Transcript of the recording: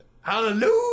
Hallelujah